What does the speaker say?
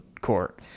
court